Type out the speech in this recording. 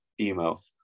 email